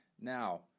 Now